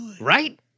right